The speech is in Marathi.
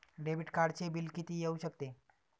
डेबिट कार्डचे बिल किती येऊ शकते?